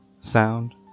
sound